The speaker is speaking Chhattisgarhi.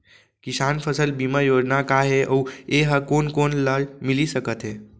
किसान फसल बीमा योजना का हे अऊ ए हा कोन कोन ला मिलिस सकत हे?